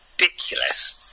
ridiculous